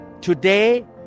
Today